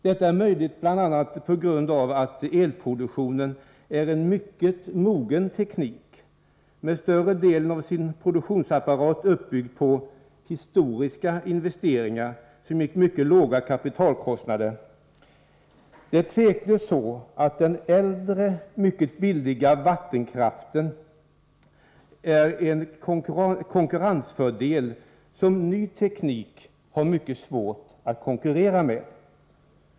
Detta är möjligt bl.a. på grund av att elproduktionen är en mycket mogen teknik, med större delen av sin produktionsapparat uppbyggd på historiska investeringar, som ger mycket låga kapitalkostnader. Det är utan tvivel så att den äldre, mycket billiga vattenkraften har en konkurrensfördel som gör det mycket svårt för ny teknik att konkurrera.